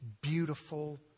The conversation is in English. beautiful